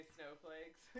Snowflakes